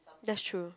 that's true